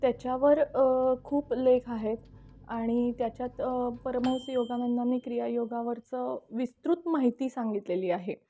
त्याच्यावर खूप लेख आहेत आणि त्याच्यात परमहंस योगानंदानी क्रिया योगावरचं विस्तृत माहिती सांगितलेली आहे